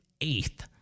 eighth